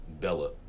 Bella